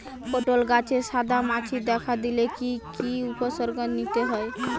পটল গাছে সাদা মাছি দেখা দিলে কি কি উপসর্গ নিতে হয়?